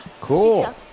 Cool